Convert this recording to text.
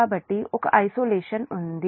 కాబట్టి ఒక ఐసోలేషన్ ఒంటరితనం ఉంది